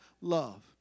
love